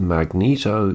Magneto